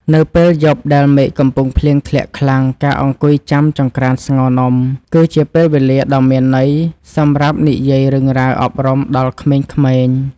នៅពេលយប់ដែលមេឃកំពុងភ្លៀងធ្លាក់ខ្លាំងការអង្គុយចាំចង្ក្រានស្ងោរនំគឺជាពេលវេលាដ៏មានន័យសម្រាប់និយាយរឿងរ៉ាវអប់រំដល់ក្មេងៗ។